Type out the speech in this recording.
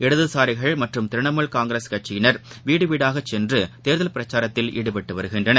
இடதுசாரிகள் மற்றும் திரிணாமுல் காங்கிரஸ் கட்சியினர் வீடுவீடாகசென்றுதேர்தல் பிரச்சாரத்தில் ஈடுபட்டுவருகின்றனர்